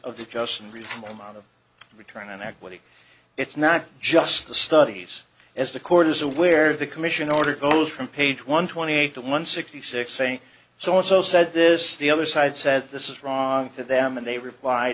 of the just and reasonable amount of return on equity it's not just the studies as the court is aware the commission order goes from page one twenty eight to one sixty six saying so also said this the other side said this is wrong to them and they replied